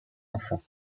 enfants